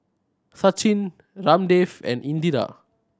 Sachin Ramdev and Indira